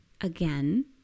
again